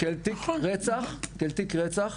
-- לתיק עגונות כאל תיק רצח.